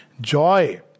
Joy